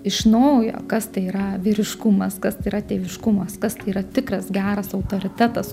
iš naujo kas tai yra vyriškumas kas yra tėviškumas kas yra tikras geras autoritetas